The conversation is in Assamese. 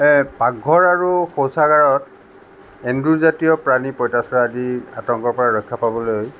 এই পাকঘৰ আৰু শৌচাগাৰত এন্দুৰজাতীয় প্ৰাণী পঁইতাচোৰা আদি আতংকৰ পৰা ৰক্ষা পাবলৈ